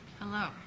Hello